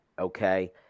okay